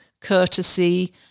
courtesy